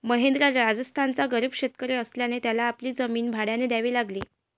महेंद्र राजस्थानचा गरीब शेतकरी असल्याने त्याला आपली जमीन भाड्याने द्यावी लागली